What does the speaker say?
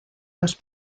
los